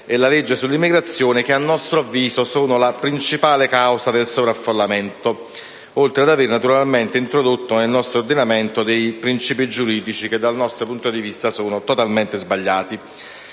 e alla legge sull'immigrazione, che, a nostro avviso, sono la principale causa dal sovraffollamento, oltre ad avere introdotto nel nostro ordinamento principi giuridici che dal nostro punto di vista sono totalmente sbagliati.